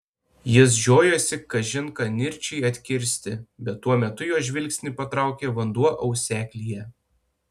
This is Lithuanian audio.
jis žiojosi kažin ką nirčiai atkirsti bet tuo metu jo žvilgsnį patraukė vanduo auseklyje